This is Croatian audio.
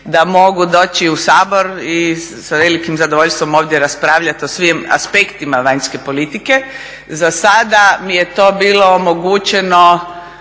da mogu doći u Sabor i sa velikim zadovoljstvom ovdje raspravljati o svim aspektima vanjske politike. Zasada mi je to bilo omogućeno